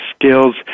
skills